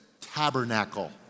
Tabernacle